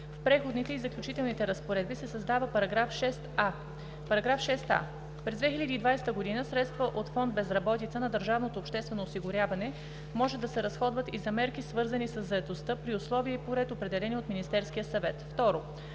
В преходните и заключителните разпоредби се създава § 6а: „§ 6а. През 2020 г. средства от фонд „Безработица“ на държавното обществено осигуряване може да се разходват и за мерки, свързани със заетостта, при условия и по ред, определени от Министерския съвет.“